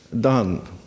done